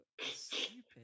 stupid